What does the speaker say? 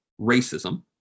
racism